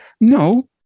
No